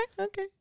okay